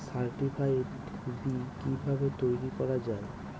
Certified B কিভাবে তৈরি করা যায়?